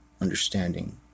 understanding